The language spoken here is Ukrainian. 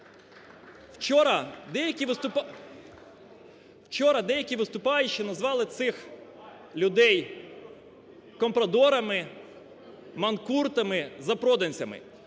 Вчора деякі виступаючі назвали цих людей компрадорами, манкуртами, запроданцями.